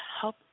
help